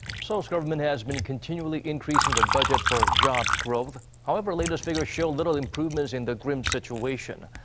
seoul's government has been continually increasing the budget for jobs growth. however, latest figures show little improvements in the grim situation.